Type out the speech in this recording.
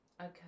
Okay